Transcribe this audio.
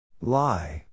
Lie